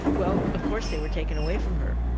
well of course they were taken away from her.